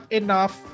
enough